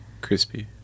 crispy